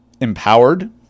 empowered